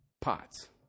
pots